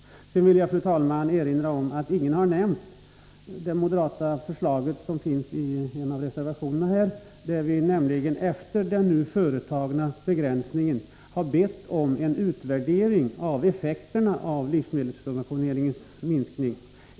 Sedan vill jag, fru talman, erinra om att ingen har nämnt det moderata förslaget i en av reservationerna om en utvärdering av effekterna av livsmedelssubventioneringens minskning efter den nu företagna begränsningen.